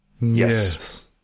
Yes